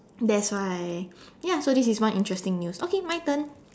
that's why ya so this is one interesting news okay my turn